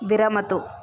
विरमतु